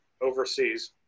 overseas